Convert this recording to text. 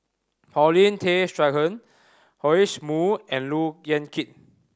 Paulin Tay Straughan Joash Moo and Look Yan Kit